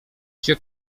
cię